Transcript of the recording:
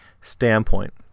standpoint